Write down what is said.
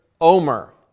omer